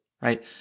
right